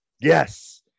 Yes